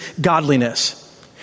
godliness